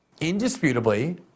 indisputably